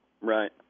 Right